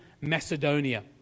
Macedonia